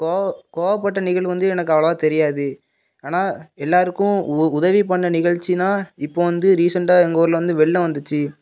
கோவம் கோபப்பட்ட நிகழ்வு வந்து எனக்கு அவ்வளவா தெரியாது ஆனால் எல்லோருக்கும் உ உதவி பண்ண நிகழ்ச்சின்னா இப்போது வந்து ரீசண்ட்டாக எங்கூரில் வந்து வெள்ளம் வந்துச்சு